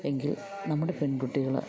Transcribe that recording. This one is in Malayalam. എങ്കിൽ നമ്മുടെ പെൺകുട്ടികൾ